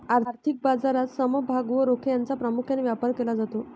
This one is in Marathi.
आर्थिक बाजारात समभाग व रोखे यांचा प्रामुख्याने व्यापार केला जातो